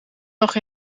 nog